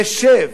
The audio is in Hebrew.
תשב.